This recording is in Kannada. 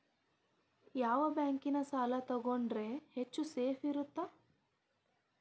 ಯಾವ ಬ್ಯಾಂಕಿನ ಸಾಲ ತಗೊಂಡ್ರೆ ಹೆಚ್ಚು ಸೇಫ್ ಇರುತ್ತಾ?